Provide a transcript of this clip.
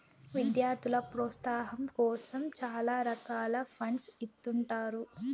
విద్యార్థుల ప్రోత్సాహాం కోసం చాలా రకాల ఫండ్స్ ఇత్తుంటారు